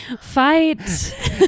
fight